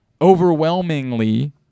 overwhelmingly